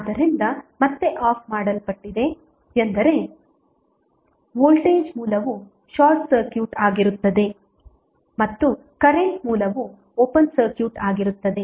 ಆದ್ದರಿಂದ ಮತ್ತೆ ಆಫ್ ಮಾಡಲ್ಪಟ್ಟಿದೆ ಎಂದರೆ ವೋಲ್ಟೇಜ್ ಮೂಲವು ಶಾರ್ಟ್ ಸರ್ಕ್ಯೂಟ್ ಆಗಿರುತ್ತದೆ ಮತ್ತು ಕರೆಂಟ್ ಮೂಲವು ಓಪನ್ ಸರ್ಕ್ಯೂಟ್ ಆಗಿರುತ್ತದೆ